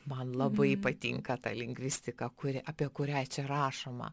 man labai patinka ta lingvistika kuri apie kurią čia rašoma